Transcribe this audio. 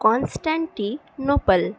constantinople